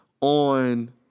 on